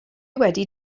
wedi